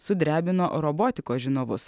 sudrebino robotikos žinovus